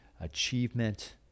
achievement